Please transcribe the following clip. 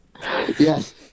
yes